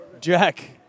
Jack